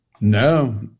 No